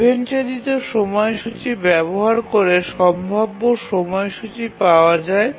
event চালিত সময়সূচী ব্যবহার করে সম্ভাব্য সময়সূচী পাওয়া যায়